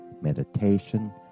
meditation